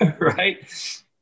right